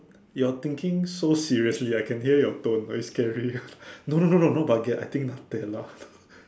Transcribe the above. you're thinking so seriously I can hear your tone very scary no no no no no baguette I think Nutella